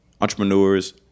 Entrepreneurs